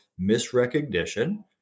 misrecognition